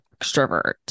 extrovert